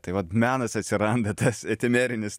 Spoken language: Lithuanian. tai vat menas atsiranda tas etimerinis